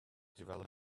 developers